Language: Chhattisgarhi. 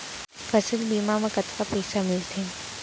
फसल बीमा म कतका पइसा मिलथे?